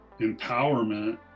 empowerment